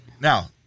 Now